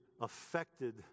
affected